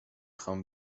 خوام